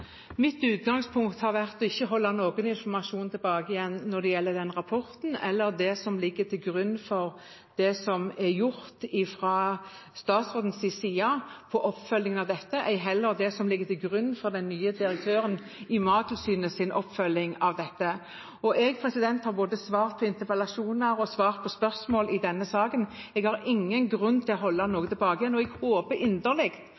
Mitt utgangspunkt har vært ikke å holde noen informasjon tilbake når det gjelder den rapporten eller det som ligger til grunn for det som er gjort fra statsrådens side med tanke på oppfølgingen av dette, ei heller det som ligger til grunn for den nye direktøren i Mattilsynets oppfølging av dette. Jeg har svart på både interpellasjoner og spørsmål i denne saken. Jeg har ingen grunn til å holde noe tilbake. Jeg håper inderlig